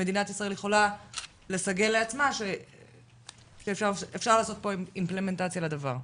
שמדינת ישראל יכולה לסגל לעצמה שאפשר לעשות פה אימפלמנטציה של הדבר.